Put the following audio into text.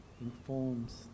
informs